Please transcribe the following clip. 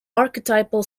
archetypal